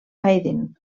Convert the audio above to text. haydn